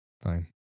Fine